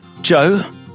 Joe